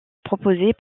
proposés